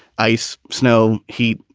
ice, snow, heat,